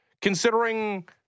considering